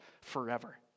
forever